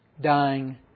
Dying